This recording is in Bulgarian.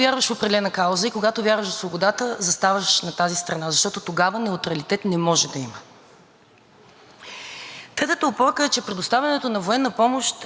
където опорка е, че предоставянето на военна помощ е изместване на дневния ред в България за нещо, което не е важно за българския народ. Напротив,